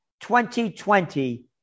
2020